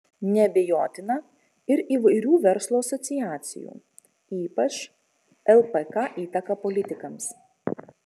neabejotina ir įvairių verslo asociacijų ypač lpk įtaka politikams